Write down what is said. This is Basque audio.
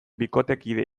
bikotekide